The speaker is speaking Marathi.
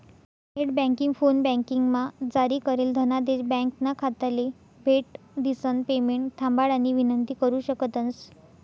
नेटबँकिंग, फोनबँकिंगमा जारी करेल धनादेश ब्यांकना खाताले भेट दिसन पेमेंट थांबाडानी विनंती करु शकतंस